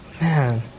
Man